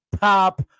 pop